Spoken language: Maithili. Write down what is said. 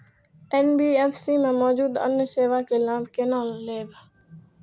एन.बी.एफ.सी में मौजूद अन्य सेवा के लाभ केना लैब?